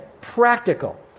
Practical